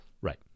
Right